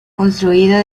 construido